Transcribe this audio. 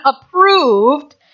approved